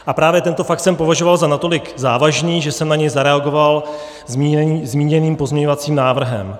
A právě tento fakt jsem považoval za natolik závažný, že jsem na něj zareagoval zmíněným pozměňovacím návrhem.